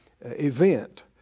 event